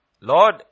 Lord